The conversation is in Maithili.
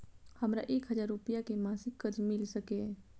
हमरा एक हजार रुपया के मासिक कर्ज मिल सकिय?